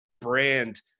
brand